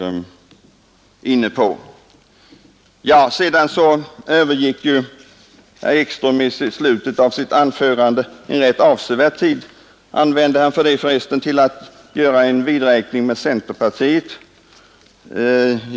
Slutet av herr Ekströms anförande — en rätt avsevärd tid använde han till det — var en vidräkning med centerpartiet.